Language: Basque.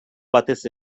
batez